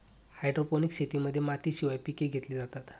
hydroponics शेतीमध्ये मातीशिवाय पिके घेतली जातात